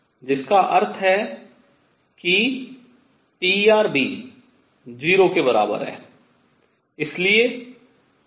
जिसका अर्थ है कि pr भी 0 के बराबर है